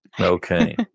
Okay